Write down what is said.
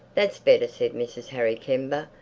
that's better, said mrs. harry kember.